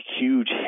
huge